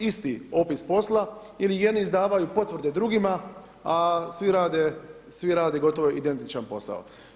Isti opis posla ili jedni izdavaju potvrde drugima, a svi rade gotovo identičan posao.